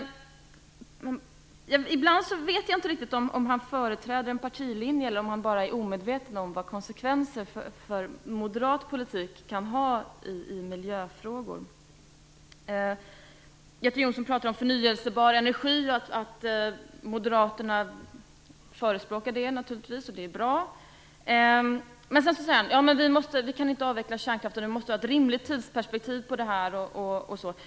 Ibland vet jag inte riktigt om han företräder en partilinje eller om han bara är omedveten om vilka konsekvenser moderat politik kan ha i miljöfrågor. Göte Jonsson talar om förnyelsebar energi och att Moderaterna förespråkar det, och det är bra. Men sedan säger han: Vi kan inte avveckla kärnkraften. Vi måste ha ett rimligt tidsperspektiv på detta.